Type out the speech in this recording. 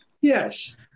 Yes